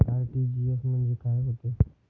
RTGS म्हंजे काय होते?